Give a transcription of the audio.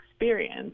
experience